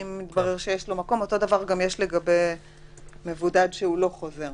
אותו דבר יש גם לגבי מבודד שהוא לא חוזר.